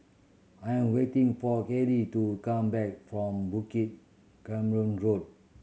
I am waiting for Keely to come back from Bukit Road